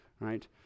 right